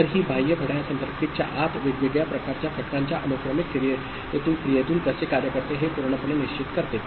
तर ही बाह्य घड्याळ सर्किटच्या आत वेगवेगळ्या प्रकारच्या घटकांच्या अनुक्रमिक क्रियेतून कसे कार्य करते हे पूर्णपणे निश्चित करते